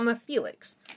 Felix